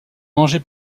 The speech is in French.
mangée